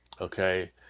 Okay